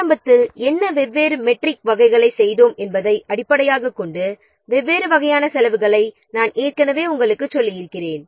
ஆரம்பத்தில் வெவ்வேறு மெட்ரிக் வகைகளைச் செய்தோம் என்பதை அடிப்படையாகக் கொண்டு வெவ்வேறு வகையான செலவுகளை நாம் உங்களுக்குச் சொல்லியிருக்கி றோம்